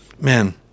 man